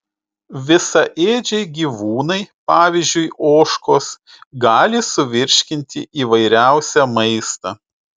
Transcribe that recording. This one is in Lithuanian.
visaėdžiai gyvūnai pavyzdžiui ožkos gali suvirškinti įvairiausią maistą